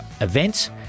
events